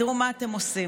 תראו מה אתם עושים,